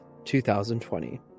2020